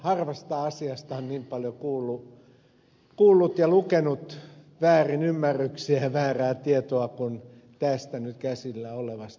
harvasta asiasta on niin paljon kuullut ja lukenut väärinymmärryksiä ja väärää tietoa kuin tästä nyt käsillä olevasta